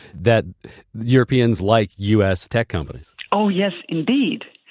that europeans like u s. tech companies oh yes, indeed.